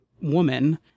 woman